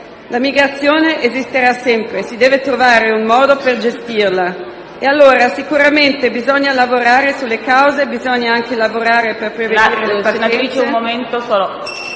La migrazione esisterà sempre, si deve trovare un modo per gestirla. Ed allora sicuramente bisogna lavorare sulle cause e per prevenire le partenze...